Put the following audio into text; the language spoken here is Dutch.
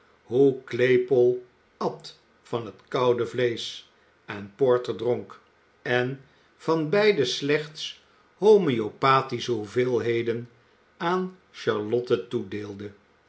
hoe claypole at van het koude vleesch en porter dronk en van beide slechts homoeopathische hoeveelheden aan charlotte toedeelde